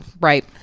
right